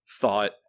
thought